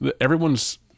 everyone's